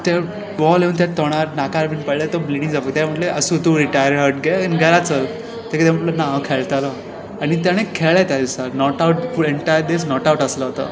तो बॉल येवन ताज्या तोंडार नाकार पडलो तें ब्लिडींग जावपाक लागलें तांणे म्हणलें आसूं तूं रिटायर हट घे आनी घरा चल तांणे कितें म्हणलें ना हांव खेळटलो आनी ताणें खेळ्ळें त्या दिसा एंटायर दीस नॉट आवट आसलो तो